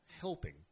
helping